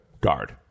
guard